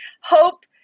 hope